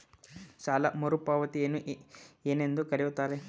ಸಾಲ ಮರುಪಾವತಿಯನ್ನು ಏನೆಂದು ಕರೆಯುತ್ತಾರೆ?